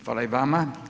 Hvala i vama.